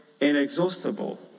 inexhaustible